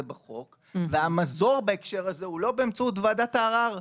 בחוק והמזור בהקשר הזה הוא לא באמצעות ועדת הערר.